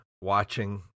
watching